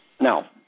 Now